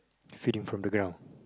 feeding from the ground